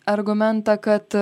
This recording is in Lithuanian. argumentą kad